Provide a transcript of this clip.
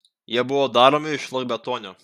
jie buvo daromi iš šlakbetonio